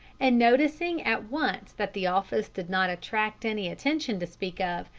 and, noticing at once that the office did not attract any attention to speak of,